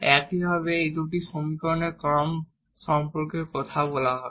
একইভাবে এই দুটি সমীকরণের ক্রম সম্পর্কে কথা বলা হবে